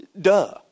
Duh